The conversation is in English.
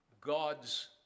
God's